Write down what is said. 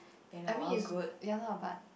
I mean is ya lah but